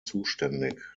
zuständig